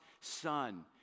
son